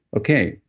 okay.